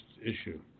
issue